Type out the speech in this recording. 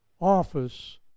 office